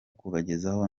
kubagezaho